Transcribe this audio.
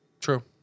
True